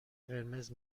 قرمز